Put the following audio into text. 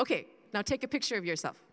ok now take a picture of yourself